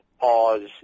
Pause